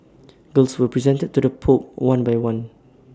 gifts were presented to the pope one by one